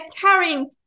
carrying